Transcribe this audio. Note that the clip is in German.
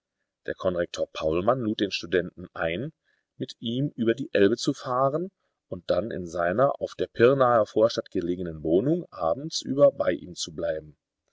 der konrektor paulmann lud den studenten ein mit ihm über die elbe zu fahren und dann in seiner auf der pirnaer vorstadt gelegenen wohnung abends über bei ihm zu bleiben